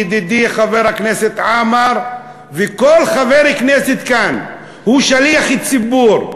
ידידי חבר הכנסת עמאר וכל חבר כנסת כאן הוא שליח ציבור.